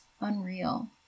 unreal